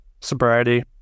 sobriety